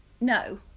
No